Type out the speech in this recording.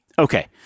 okay